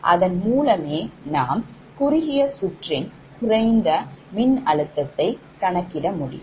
அதன் மூலமே நாம் குறுகிய சுற்றின் குறைந்த மின் அழுத்தத்தை கணக்கிட முடியும்